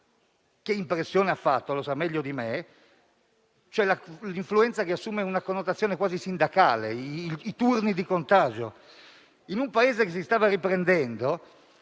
che impressione ha fatto, perché lo sa meglio di me, con un'influenza che assume una connotazione quasi sindacale, con turni di contagio, in un Paese che si stava riprendendo.